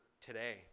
today